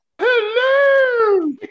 Hello